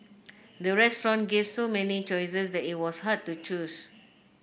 the restaurant gave so many choices that it was hard to choose